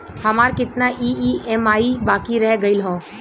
हमार कितना ई ई.एम.आई बाकी रह गइल हौ?